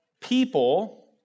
people